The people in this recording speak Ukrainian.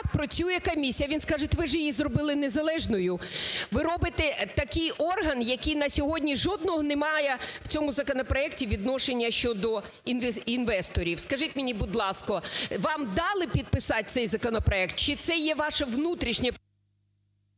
так працює комісія?". Він скаже: "Ви ж її зробили незалежною". Ви робите такий орган, який на сьогодні жодного не має в цьому законопроекті відношення щодо інвесторів. Скажіть мені, будь ласка, вам дали підписати цей законопроект чи це є ваше внутрішнє…